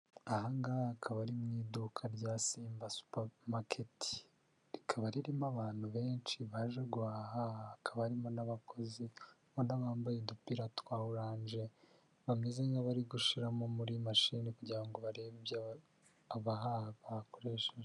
Aha ngaha akaba ari mu iduka rya simba supa maketi, rikaba ririmo abantu benshi baje guhaha, hakaba harimo n'abakozi ubona bambaye udupira twa oranje, bameze nk'abari gushyiramo muri mashini kugira ngo barebe ibyo abahaha bakoresheje.